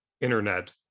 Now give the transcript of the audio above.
internet